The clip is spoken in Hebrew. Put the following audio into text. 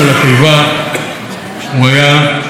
הוא היה אדם לתלפיות.